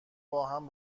باهم